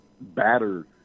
batter